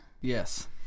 Yes